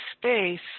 space